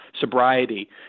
sobriety